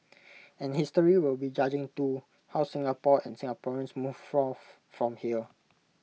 and history will be judging too how Singapore and Singaporeans move forth from here